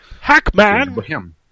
Hackman